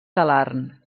talarn